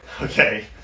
Okay